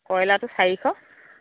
কইলাৰটো চাৰিশ